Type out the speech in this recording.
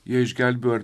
jie išgelbėjo